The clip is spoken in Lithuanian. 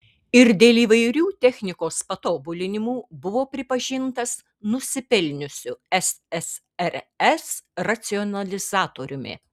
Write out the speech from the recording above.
ir dėl įvairių technikos patobulinimų buvo pripažintas nusipelniusiu ssrs racionalizatoriumi